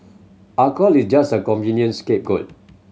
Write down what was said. alcohol is just a convenient scapegoat